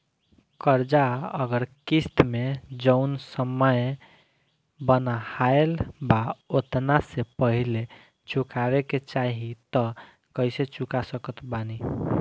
कर्जा अगर किश्त मे जऊन समय बनहाएल बा ओतना से पहिले चुकावे के चाहीं त कइसे चुका सकत बानी?